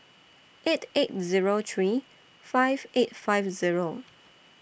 eight eight Zero three five eight five Zero